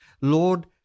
Lord